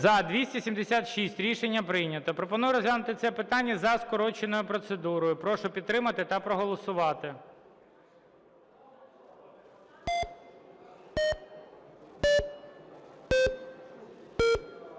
За-276 Рішення прийнято. Пропоную розглянути це питання за скороченою процедурою. Прошу підтримати та проголосувати.